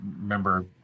remember